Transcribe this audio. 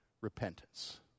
repentance